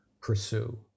pursue